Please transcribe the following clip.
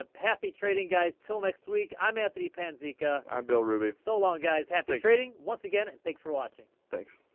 ah happy trading, guys. till next week, i'm anthony panzeca. i'm bill ruby. so long, guys. happy trading, once again, and thanks for watching. thanks.